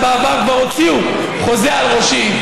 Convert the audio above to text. שבעבר כבר הוציאו חוזה על ראשי,